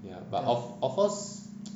ya but of of course